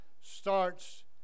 starts